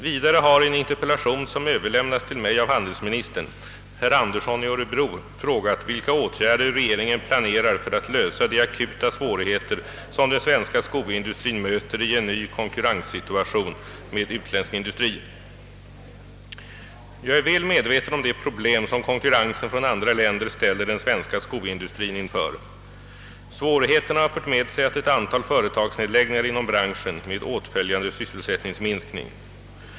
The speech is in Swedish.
Vidare har i en interpellation, som överlämnats till mig av handelsministern, herr Andersson i Örebro frågat vilka åtgärder regeringen planerar för att lösa de akuta svårigheter som den svenska skoinr dustrin möter i en ny konkurrenssituation med utländsk industri. Jag är väl medveten om de problem som konkurrensen från andra länder ställer den svenska skoindustrin inför. Svårigheterna har fört med sig ett antal företagsnedläggningar inom branschen med åtföljande sysselsättningsminskning.